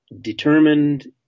determined